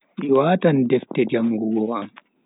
Mi watan defte jangugo am.